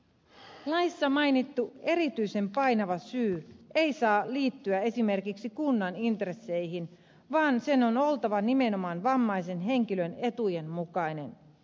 laissa mainittu erityisen painava syy ei saa liittyä esimerkiksi kunnan intresseihin vaan sen on oltava nimenomaan vammaisen henkilön etujen mukainen